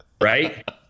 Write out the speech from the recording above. right